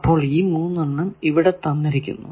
അപ്പോൾ ഈ 3 എണ്ണം ഇവിടെ തന്നിരിക്കുന്നു